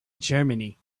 germany